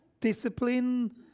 discipline